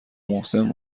محسن